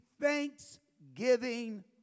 thanksgiving